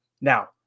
now